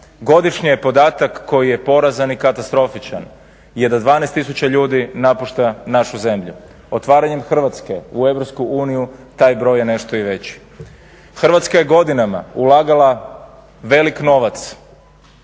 Godišnji podatak koji je porazan i katastrofičan jer 12 tisuća ljudi napušta našu zemlju, otvaranjem Hrvatske u EU taj broj je nešto i veći. Hrvatska je godinama ulagala velik novac